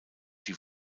die